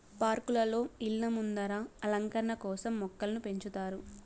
పార్కులలో, ఇళ్ళ ముందర అలంకరణ కోసం మొక్కలను పెంచుతారు